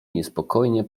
niespokojnie